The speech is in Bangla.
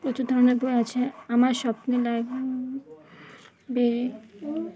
প্রচুর ধরনের বই আছে আমার স্বপ্নে লাইব্রেরি